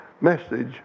message